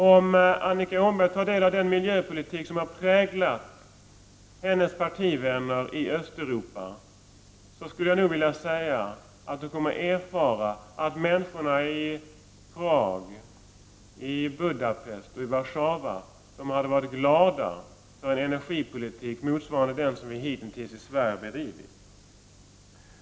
Om Annika Åhnberg tar del av den miljöpolitik som har förts av hennes partivänner i Östeuropa, kommer hon att erfara att människorna i Prag, Budapest och Warszawa hade varit glada för en energipolitik motsvarande den som vi hittills bedrivit i Sverige.